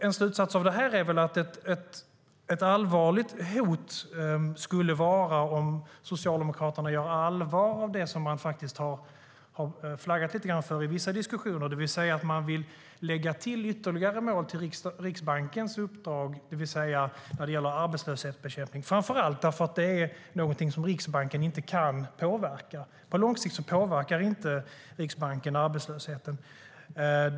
En slutsats av detta är att ett allvarligt hot skulle vara om Socialdemokraterna gör allvar av det de har flaggat lite för i vissa diskussioner, nämligen att lägga till ytterligare mål när det gäller arbetslöshetsbekämpning i Riksbankens uppdrag. Men Riksbanken kan inte påverka arbetslösheten på lång sikt.